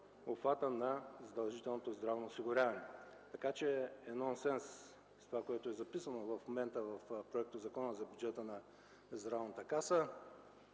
обхвата на задължителното здравно осигуряване. Така че нонсенс е това, което е записано в Законопроекта за бюджета на Здравната каса